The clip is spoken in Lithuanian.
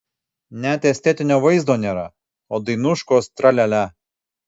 net estetinio vaizdo nėra o dainuškos tra lia lia